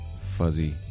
fuzzy